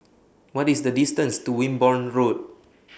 What IS The distance to Wimborne Road